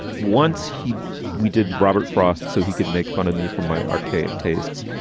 once he we did robert frost so he could make fun of me for my archaic tastes.